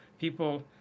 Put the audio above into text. people